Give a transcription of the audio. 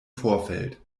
vorfeld